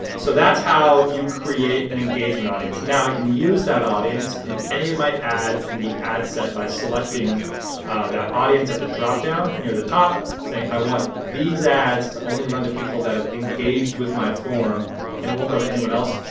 so that's how you create an engagement audience. now i can use that audience in any of my ads in the ad set by selecting that audience at the drop-down near the top saying i want these ads to only run to people that have engaged with my form, and it won't go to anyone else.